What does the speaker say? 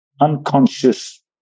unconscious